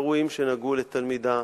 אירועים שנגעו לתלמידה.